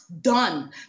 done